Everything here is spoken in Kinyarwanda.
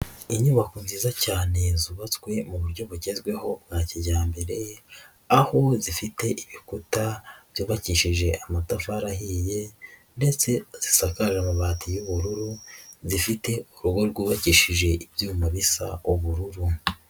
Inyubako nziza cyane zubatswe mu buryo bugezweho bwa kijyambere ye aho zifite ibikuta byubakishije amatafari ahiye ndetse zisakaje amabati y'ubururu zifite urugo rwubakishije ibyuma bisa ubururu.